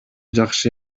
жакшы